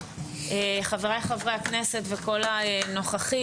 חבריי חברי הכנסת וכל הנוכחים.